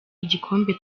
igikombe